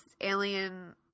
alien